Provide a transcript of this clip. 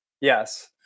Yes